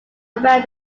around